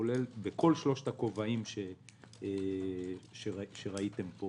כולל בכל שלושת הכובעים שראיתם פה